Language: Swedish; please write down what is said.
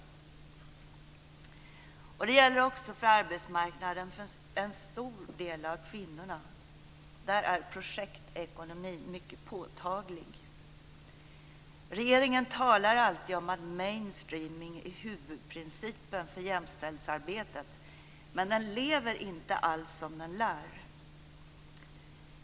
Det gäller också arbetsmarknaden för en stor del av kvinnorna, och där är projektekonomin mycket påtaglig. Regeringen talar alltid om att mainstreaming är huvudprincipen för jämställdhetsarbetet, men den lever inte alls som den lär.